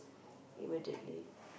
immediately